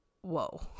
whoa